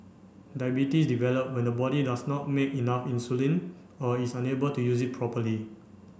diabetes develop when the body does not make enough insulin or is unable to use it properly